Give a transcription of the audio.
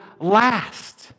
last